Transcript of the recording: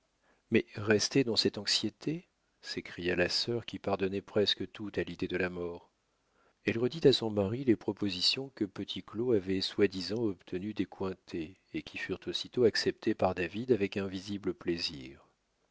mais rester dans cette anxiété s'écria la sœur qui pardonnait presque tout à l'idée de la mort elle redit à son mari les propositions que petit claud avait soi-disant obtenues des cointet et qui furent aussitôt acceptées par david avec un visible plaisir